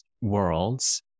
worlds